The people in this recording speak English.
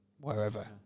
wherever